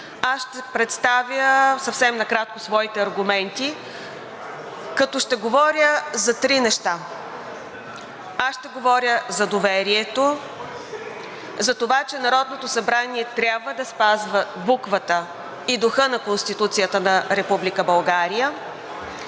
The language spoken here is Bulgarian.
Ще представя съвсем накратко своите аргументи, като ще говоря за три неща. Аз ще говоря за доверието, за това, че Народното събрание трябва да спазва буквата и духа на Конституцията на